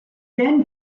then